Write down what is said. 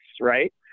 right